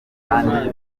kandi